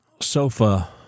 sofa